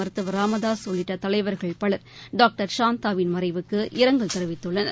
மருத்துவர் ச ராம்தாசு உள்ளிட்ட தலைவர்கள் பலர் டாக்டர் சாந்தாவின் மறைவுக்கு இரங்கல் தெரிவித்தள்ளனர்